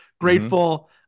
grateful